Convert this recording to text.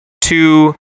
two